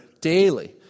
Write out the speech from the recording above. daily